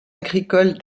agricole